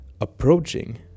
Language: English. approaching